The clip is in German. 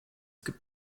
gibt